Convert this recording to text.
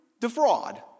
defraud